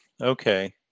Okay